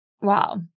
Wow